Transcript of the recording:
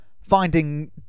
finding